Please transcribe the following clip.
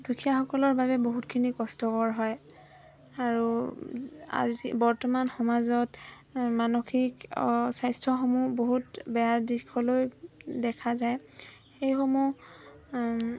দুখীয়াসকলৰ বাবে বহুতখিনি কষ্টকৰ হয় আৰু আজি বৰ্তমান সমাজত মানসিক অঁ স্বাস্থ্যসমূহ বহুত বেয়া দিশলৈ দেখা যায় সেইসমূহ